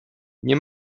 nie